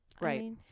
Right